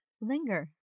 Linger